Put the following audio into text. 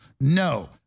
No